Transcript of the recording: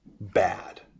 bad